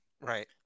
Right